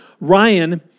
Ryan